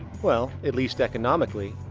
well, at least economically.